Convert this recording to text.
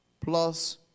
plus